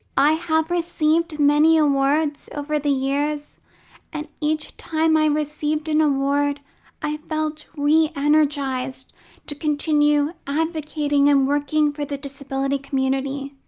i have received many awards over the years and each time i received an award i felt re-energised to continue advocating and working for the disability community.